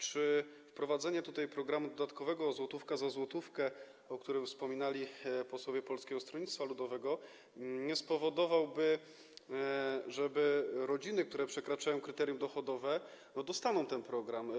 Czy wprowadzenie programu dodatkowego złotówka za złotówkę, o którym wspominali posłowie Polskiego Stronnictwa Ludowego, nie spowodowałoby tego, że rodziny, które przekraczają kryterium dochodowe, dostałyby pieniądze z tego programu?